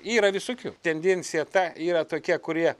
yra visokių tendencija ta yra tokie kurie